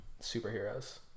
superheroes